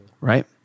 Right